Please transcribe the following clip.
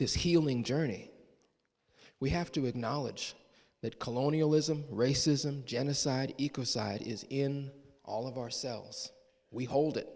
this healing journey we have to acknowledge that colonialism racism genocide eco side is in all of ourselves we hold it